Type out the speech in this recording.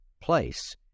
place